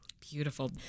Beautiful